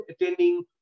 attending